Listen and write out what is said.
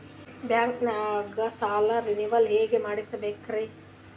ಬ್ಯಾಂಕ್ದಾಗ ಸಾಲ ರೇನೆವಲ್ ಹೆಂಗ್ ಮಾಡ್ಸಬೇಕರಿ?